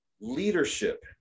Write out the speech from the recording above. leadership